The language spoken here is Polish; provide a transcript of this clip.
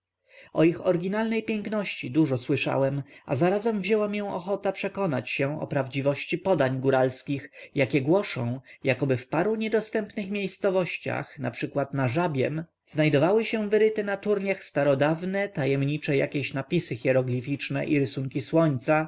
o ich oryginalnej piękności dużo słyszałem a zarazem wzięła mię ochota przekonać się o prawdziwości podań góralskich jakie głoszą jakoby w paru niedostępnych miejscowościach np na żabiem znajdowały się wyryte na turniach starodawne tajemnicze jakieś napisy hieroglificzne i rysunki słońca